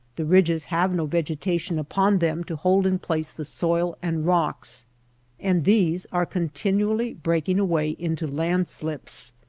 the ridges have no vegetation upon them to hold in place the soil and rocks and these are continually breaking away into land-slips.